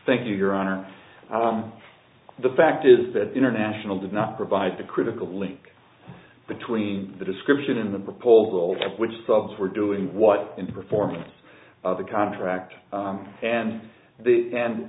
thank you your honor the fact is that international did not provide the critical link between the description in the proposal which subs were doing what in the performance of the contract and the and